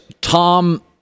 Tom